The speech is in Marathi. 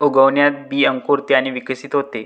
उगवणात बी अंकुरते आणि विकसित होते